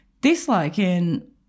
disliking